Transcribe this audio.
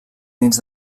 dins